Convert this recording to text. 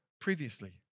previously